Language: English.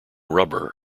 rubber